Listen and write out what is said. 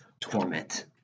torment